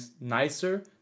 nicer